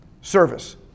service